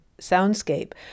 soundscape